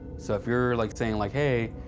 so if you're like saying, like, hey,